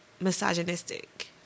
misogynistic